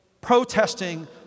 protesting